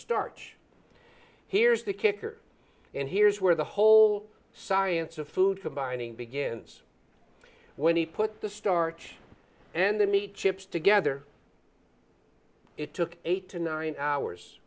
starch here's the kicker and here's where the whole science of food combining begins when he put the starch and the meat chips together it took eight to nine hours